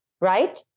right